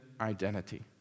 identity